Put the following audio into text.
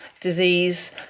disease